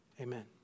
Amen